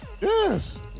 Yes